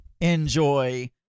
enjoy